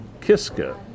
Kiska